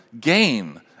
gain